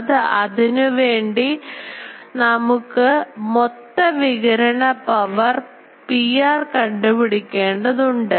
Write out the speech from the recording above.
അതു അതിനുവേണ്ടി നമുക്ക് മൊത്തം വികിരണ പവർ Pr കണ്ടുപിടിക്കേണ്ടത് ഉണ്ട്